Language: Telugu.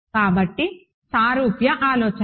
కాబట్టి సారూప్య ఆలోచన